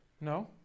No